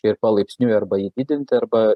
ir palaipsniui arba jį didinti arba